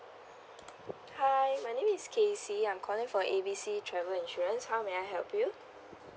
hi my name is casey I'm calling from A B C travel insurance how may I help you